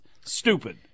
Stupid